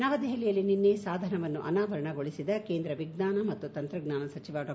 ನವದೆಹಲಿಯಲ್ಲಿ ನಿನ್ನೆ ಸಾಧನವನ್ನು ಅನಾವರಣಗೊಳಿಸಿದ ಕೇಂದ್ರ ವಿಜ್ಞಾನ ಮತ್ತು ತಂತ್ರಜ್ಞಾನ ಸಚಿವ ಡಾ